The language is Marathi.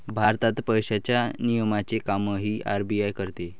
भारतात पैशांच्या नियमनाचे कामही आर.बी.आय करते